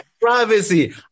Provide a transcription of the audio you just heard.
privacy